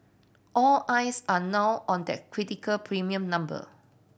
all eyes are now on that critical premium number